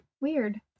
Weird